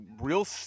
real –